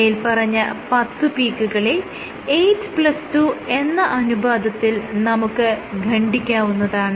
മേല്പറഞ്ഞ പത്ത് പീക്കുകളെ 82 എന്ന അനുപാതത്തിൽ നമുക്ക് ഖണ്ഡിക്കാവുന്നതാണ്